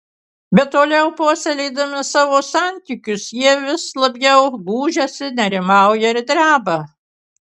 bet toliau puoselėdami savo santykius jie vis labiau gūžiasi nerimauja ir dreba